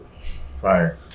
Fire